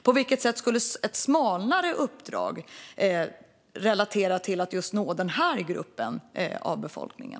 På vilket sätt skulle ett smalare uppdrag relatera till att nå just den gruppen av befolkningen?